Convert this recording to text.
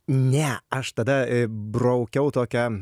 ne aš tada braukiau tokią